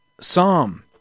Psalm